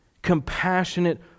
compassionate